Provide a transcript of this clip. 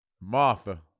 Martha